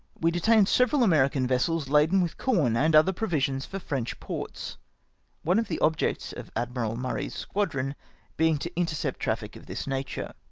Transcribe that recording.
we detained several american vessels laden with corn and other provisions for french ports one of the objects of admiral murray's squadron being to intercept traffic of this nature.